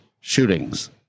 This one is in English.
shootings